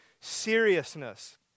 seriousness